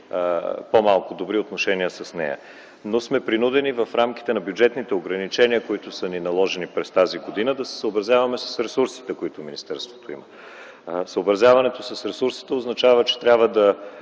по-малко добри отношения с нея. Принудени сме в рамките на бюджетните ограничения, които са ни наложени през тази година, да се съобразяваме с ресурсите, които министерството има. Съобразяването с ресурсите означава, че трябва да